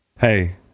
Hey